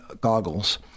goggles